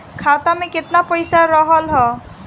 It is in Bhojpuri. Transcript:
खाता में केतना पइसा रहल ह?